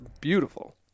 beautiful